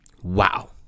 wow